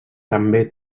també